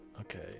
okay